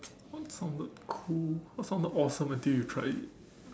what sounded cool what sounded awesome until you tried it